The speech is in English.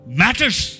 matters